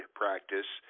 practice